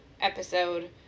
episode